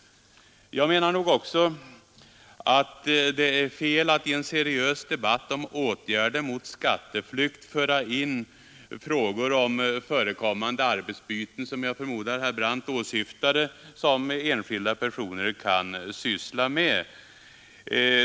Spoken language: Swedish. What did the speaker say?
Jag anser också att det är fel att i en seriös debatt om åtgärder mot skatteflykt föra in frågan om arbetsbyten mellan enskilda personer — jag förmodar att det var detta herr Brandt åsyftade.